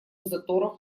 заторов